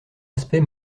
aspect